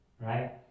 Right